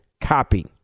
copy